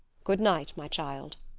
good night, my child.